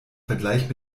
vergleich